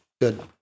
Good